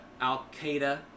Al-Qaeda